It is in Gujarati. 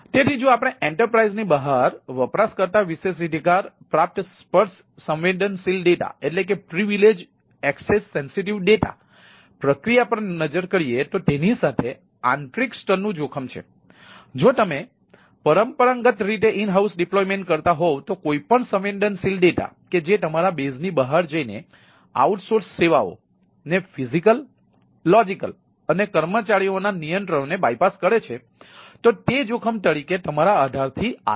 તેથી જો આપણે એન્ટરપ્રાઇઝની બહાર વપરાશકર્તા વિશેષાધિકાર પ્રાપ્ત સ્પર્શ સંવેદનશીલ ડેટા અને કર્મચારીઓના નિયંત્રણોને બાયપાસ કરે છે તો તે જોખમ તરીકે તમારા આધારથી આગળ છે